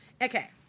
Okay